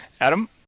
Adam